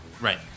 right